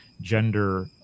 Gender